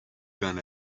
gun